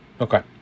Okay